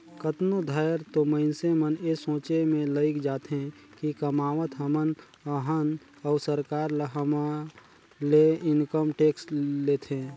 कतनो धाएर तो मइनसे मन ए सोंचे में लइग जाथें कि कमावत हमन अहन अउ सरकार ह हमर ले इनकम टेक्स लेथे